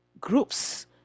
groups